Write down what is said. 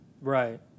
Right